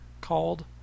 called